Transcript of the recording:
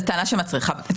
זו טענה שמצריכה בדיקה.